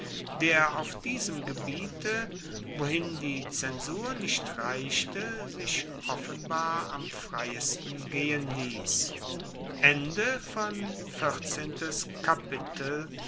der auf diesem gebiete wohin die zensur nicht reichte sich offenbar am freiesten gehen liess